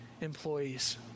employees